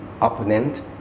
opponent